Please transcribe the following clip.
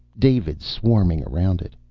davids swarming around it.